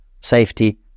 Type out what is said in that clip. safety